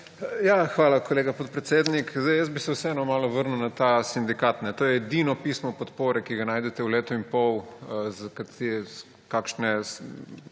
Hvala, kolega podpredsednik. Vseeno bi se malo vrnil na ta sindikat. To je edino pismo podpore, ki ga najdete v letu in pol, kakšne